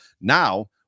Now